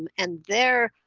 um and there,